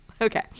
Okay